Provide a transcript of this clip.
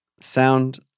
sound